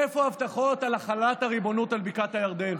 איפה ההבטחות על החלת הריבונות על בקעת הירדן?